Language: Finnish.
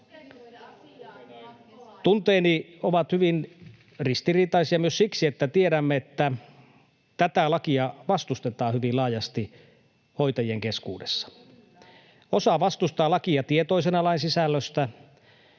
Tunteeni ovat hyvin ristiriitaisia myös siksi, että tiedämme, että tätä lakia vastustetaan hyvin laajasti hoitajien keskuudessa. Osa vastustaa lakia tietoisena lain sisällöstä.